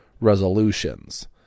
resolutions